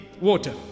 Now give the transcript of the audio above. water